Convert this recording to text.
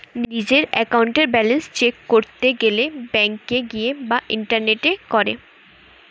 নিজের একাউন্টের balance check করতে গেলে ব্যাংকে গিয়ে বা ইন্টারনেটে করে